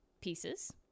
pieces